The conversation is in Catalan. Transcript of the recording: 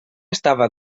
estava